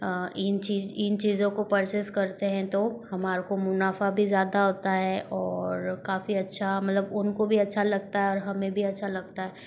इन चीज़ इन चीज़ों को परचेस करते हैं तो हमारे को मुनाफ़ा भी ज़्यादा होता है और काफ़ी अच्छा मतलब उनको भी अच्छा लगता है और हमें भी अच्छा लगता है